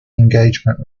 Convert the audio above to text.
engagement